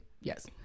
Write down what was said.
Yes